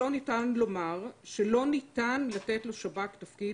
לא ניתן לומר שלא ניתן לתת לשב"כ תפקיד